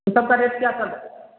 ان سب کا ریٹ کیا پر جائے گا